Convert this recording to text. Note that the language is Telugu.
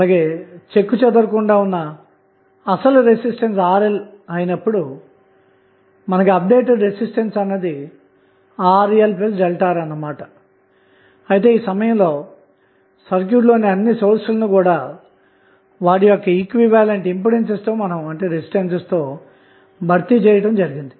కాబట్టి చెక్కుచెదరకుండా ఉన్న అసలు రెసిస్టెన్స్ RL అయినప్పుడు నవీకరించబడిన రెసిస్టెన్స్ అన్నది RLΔR అన్నమాట అయితే ఈ సమయంలో సర్క్యూట్లోని అన్ని సోర్స్ లను కూడా వాటి యొక్క ఈక్వివలెంట్ ఇంపిడెన్స్ తో భర్తీ చేయడం జరిగింది